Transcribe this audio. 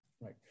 Right